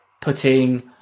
putting